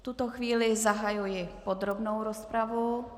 V tuto chvíli zahajuji podrobnou rozpravu.